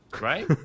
Right